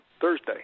Thursday